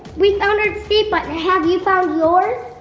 we found our escape button! have you found yours?